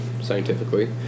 scientifically